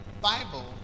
bible